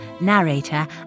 narrator